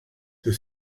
the